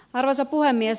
arvoisa puhemies